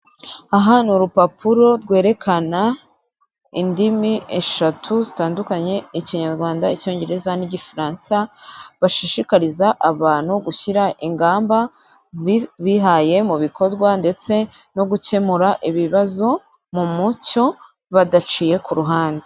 Aha ni urupapuro rwerekana indimi eshatu zitandukanye ikinyarwanda, icyongereza n'igifaransa bashishikariza abantu gushyira ingamba bihaye mu bikorwa, ndetse no gukemura ibibazo mu mucyo badaciye ku ruhande.